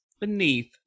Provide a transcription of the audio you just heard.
Beneath